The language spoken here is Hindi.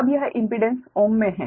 अब यह इम्पीडेंस ओम मे है ठीक है